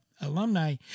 Alumni